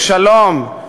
לשלום,